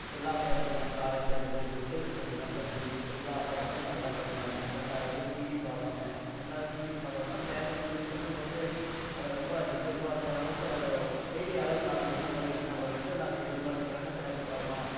எல்லா பேப்பருமே காலை கதிரவன்லேர்ந்து தினத்தந்தி எல்லா பேப்பரும் நல்லா படிப்பங்க ரெண்டாவது டிவியும் பார்ப்பங்க ரெண்டாவது டிவி பார்க்குறோமுன்னா பேப்பரில் நியூஸ் வந்து உங்களுக்கு அது ரொம்ப எதிர்பாக்காத அளவுக்கு அதில் டெயிலி அதாவது நாளைக்கு என்ன வரும் என்ன வருன்ட்டு நாங்கள் எதிர்பார்த்து கரெட்டா பேப்பர் வருமா